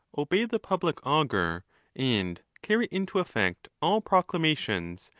obey the public augur and carry into effect all proclama tions,